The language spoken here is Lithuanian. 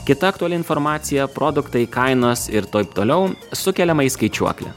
kita aktuali informacija produktai kainos ir toip toliau sukeliama į skaičiuoklę